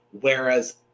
whereas